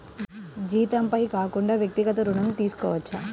జీతంపై కాకుండా వ్యక్తిగత ఋణం తీసుకోవచ్చా?